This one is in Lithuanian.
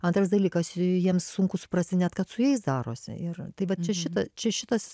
antras dalykas jiems sunku suprasti net kad su jais darosi ir tai vat šita čia šitas